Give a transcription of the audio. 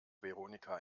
veronika